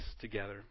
together